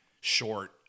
short